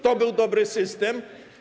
To był dobry system?